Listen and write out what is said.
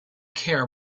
care